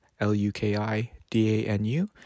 L-U-K-I-D-A-N-U